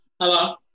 Hello